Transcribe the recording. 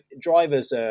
drivers